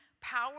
power